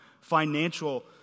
financial